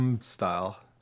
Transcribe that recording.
style